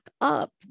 up